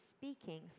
speaking